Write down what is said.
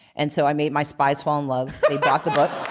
and so i made my spies fall in love. they bought the book.